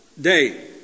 day